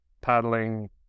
paddling